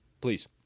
please